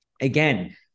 again